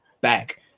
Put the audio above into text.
back